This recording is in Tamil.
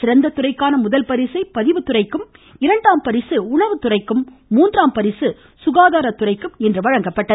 சிறந்த துறைக்கான முதல்பரிசை பதிவுத்துறைக்கும் இரண்டாம் பரிசு உணவுத்துறைக்கும் மூன்றாம் பரிசு சுகாதாரத்துறைக்கும் வழங்கப்பட்டுள்ளது